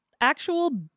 actual